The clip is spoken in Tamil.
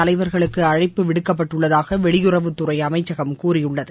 தலைவர்களுக்கு அழைப்பு விடுக்கப்பட்டுள்ளதாக வெளியுறவுத்துறை அமைச்சகம் கூறியுள்ளது